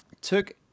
took